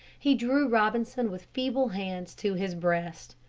he drew robinson with feeble hands to his breast.